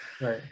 Right